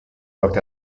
worked